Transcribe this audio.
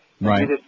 Right